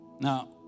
Now